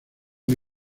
han